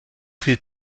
viel